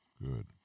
Good